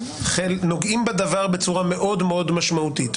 נוגעים בדבר בצורה מאוד מאוד משמעותית.